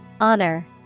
Honor